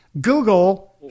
Google